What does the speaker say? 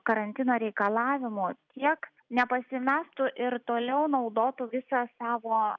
karantino reikalavimų tiek nepasimestų ir toliau naudotų visą savo